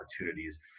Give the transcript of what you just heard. opportunities